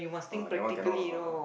oh that one cannot lah